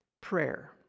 prayer